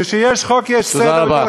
כשיש חוק יש סדר, תודה רבה.